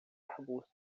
arbustos